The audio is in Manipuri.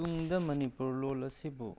ꯇꯨꯡꯗ ꯃꯅꯤꯄꯨꯔ ꯂꯣꯟ ꯑꯁꯤꯕꯨ